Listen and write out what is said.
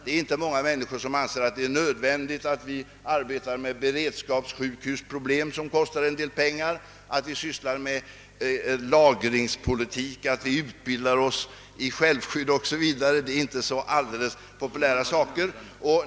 Det är inte många människor som anser att det är nödvändigt att vi arbetar med problem som rör beredskapssjukhus, vilka kostar en del pengar, att vi sysslar med lagringspolitik, att vi utbildar oss i självskydd o.s.v. Det är inte särskilt populära saker.